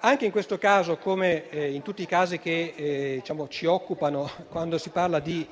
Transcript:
Anche in questo caso - come in tutti i casi che ci occupano quando si parla di